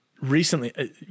recently